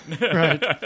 Right